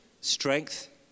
strength